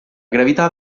gravità